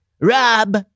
Rob